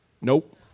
Nope